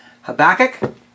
Habakkuk